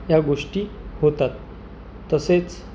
ह्या गोष्टी होतात तसेच